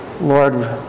Lord